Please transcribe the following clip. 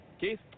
Keith